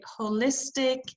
holistic